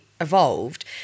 evolved